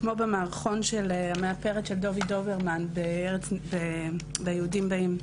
כמו במערכון של המאפרת של דובי דוברמן ביהודים באים.